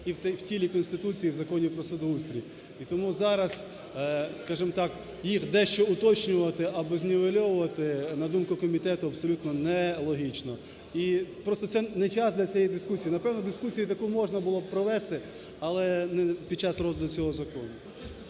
і тілі Конституції, і в Законі про судоустрій. І тому зараз, скажем так, їх дещо уточнювати або знівельовувати, на думку комітету, абсолютно нелогічно. І просто це не час для цієї дискусії. Напевне, дискусію таку можна було б провести, але не під час розгляду цього закону.